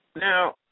Now